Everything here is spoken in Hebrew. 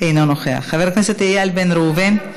אינו נוכח, חבר הכנסת איל בן ראובן,